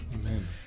amen